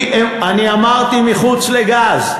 אני אמרתי חוץ מגז.